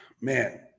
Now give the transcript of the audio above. man